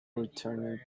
returned